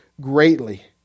greatly